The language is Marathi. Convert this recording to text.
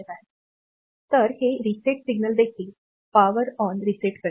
तर हे रीसेट सिग्नल देखील पॉवर ऑन रीसेट करेल